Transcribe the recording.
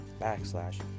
backslash